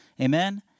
Amen